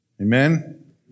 Amen